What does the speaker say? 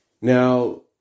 Now